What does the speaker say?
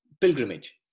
pilgrimage